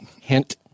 Hint